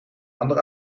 ander